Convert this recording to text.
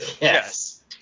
Yes